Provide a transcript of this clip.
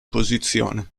posizione